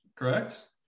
correct